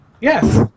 Yes